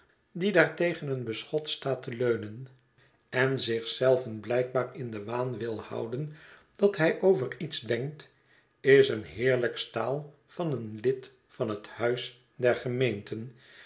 die daar tegen een beschot staat te leunen en zich zelven blijkbaar in den waan wil houden dat hij over iets denkt is een heerlijk staal van een lid van het huis der gemeenten